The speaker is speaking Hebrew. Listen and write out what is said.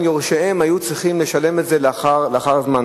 יורשיהם היו צריכים לשלם את זה לאחר הזמן,